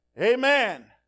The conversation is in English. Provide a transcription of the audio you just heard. Amen